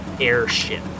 airship